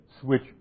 switch